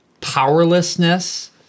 powerlessness